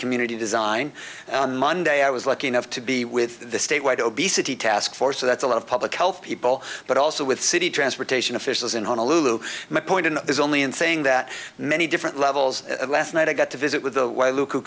community design on monday i was lucky enough to be with the state wide obesity task force so that's a lot of public health people but also with city transportation officials in honolulu my point is only in saying that many different levels last night i got to visit with the local